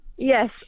Yes